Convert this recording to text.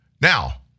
Now